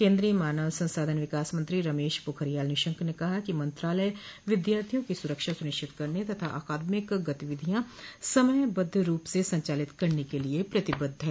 केन्द्रीय मानव संसाधन विकास मंत्री रमेश पोखरियाल निशंक ने कहा है कि मंत्रालय विद्यार्थियों की स्रक्षा सुनिश्चित करने तथा अकादमिक गतिविधियां समयबद्ध रूप से संचालित करन के लिए प्रतिबद्ध है